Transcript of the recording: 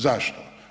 Zašto?